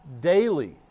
daily